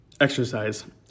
exercise